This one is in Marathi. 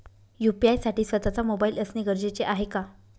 यू.पी.आय साठी स्वत:चा मोबाईल असणे गरजेचे आहे का?